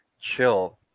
chill